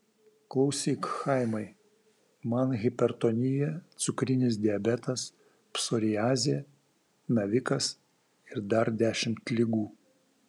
klausyk chaimai man hipertonija cukrinis diabetas psoriazė navikas ir dar dešimt ligų